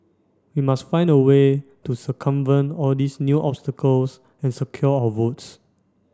we must find a way to circumvent all these new obstacles and secure our votes